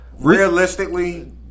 Realistically